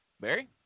Barry